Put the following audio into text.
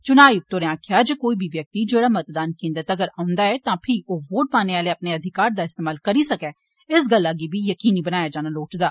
चुनां आयुक्त होरें गलाया जे कोई बी व्यक्ति जेहड़ा मतदान केन्द्र तगर औंदा ऐ तां फही ओह् वोट पाने आले अपने अधिकार दा इस्तेमाल करी सकै इस गल्ला गी बी जकीनी बनाया जाना लोड़चदा